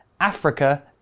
Africa